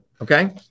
Okay